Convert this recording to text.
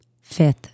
fifth